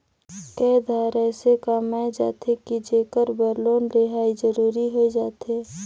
कए धाएर अइसे काम आए जाथे कि जेकर बर लोन लेहई जरूरी होए जाथे